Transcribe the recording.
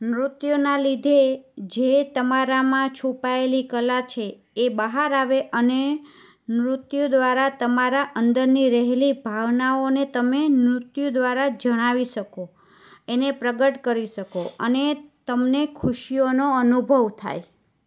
નૃત્યના લીધે જે તમારા છુપાએલી કલા છે એ એ બહાર આવે અને નૃત્ય દ્વારા તમારા અંદરની રહેલી ભાવનાઓને તમે નૃત્ય દ્વારા જણાવી શકો એને પ્રગટ કરી શકો અને તમને ખુશીઓનો અનુભવ થાય